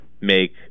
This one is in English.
make